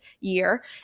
year